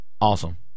Awesome